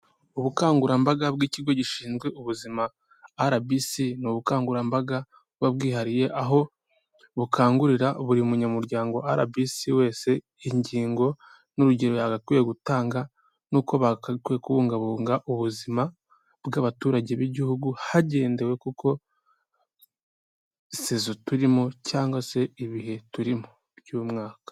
Ubukangurambaga bw'ikigo gishinzwe ubuzima rbc n’ubukangurambaga buba bwihariye aho bukangurira buri munyamuryango wa rbc wese ingingo n'urugero yagakwiye gutanga nuko bagakwiye kubungabuga ubuzima bwabaturage b'igihugu hagendewe kuri sezo turimo cyangwa se ibihe turimo by'umwaka.